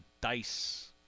Dice